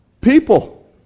people